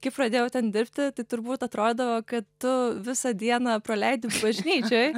kai pradėjau ten dirbti tai turbūt atrodo kad tu visą dieną praleidi bažnyčioj